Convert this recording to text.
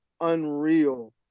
unreal